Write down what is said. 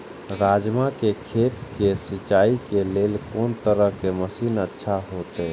राजमा के खेत के सिंचाई के लेल कोन तरह के मशीन अच्छा होते?